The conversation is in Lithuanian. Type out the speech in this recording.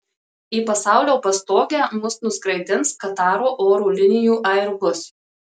į pasaulio pastogę mus nuskraidins kataro oro linijų airbus